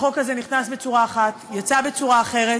החוק הזה נכנס בצורה אחת, יצא בצורה אחרת.